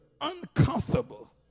uncomfortable